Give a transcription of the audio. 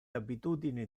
abitudini